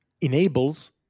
enables